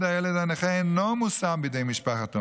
הילד הנכה אינו מושם בידי משפחת אומנה.